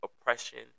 oppression